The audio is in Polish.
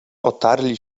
otarli